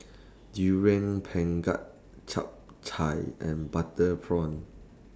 Durian Pengat Chap Chai and Butter Prawn